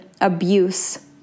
abuse